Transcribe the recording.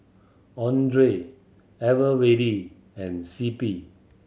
Andre Eveready and C P